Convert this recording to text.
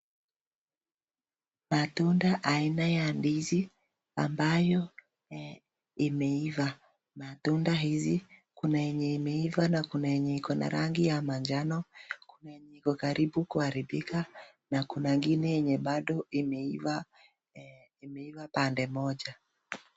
Matunda aina ya ndizi ambayo imeiva. Matunda hizi kuna yenye imeiva na kuna yenye iko na rangi ya manjano. Kuna yenye iko karibu kuharibika na kuna ngine yenye bado imeiva pande moja.